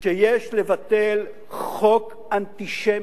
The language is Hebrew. שיש לבטל חוק אנטישמי,